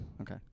Okay